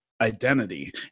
identity